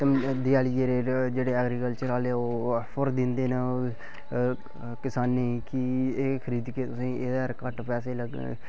देयाली च जेह्ड़े ऐगरीकल्चर आह्ले ओह आफर दिंदे न किसानें गी कि एह् खरीदगे तुस ऐह्दे 'र घट्ट पैसे लग्गङन